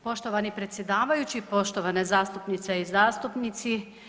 Poštovani predsjedavajući, poštovane zastupnice i zastupnici.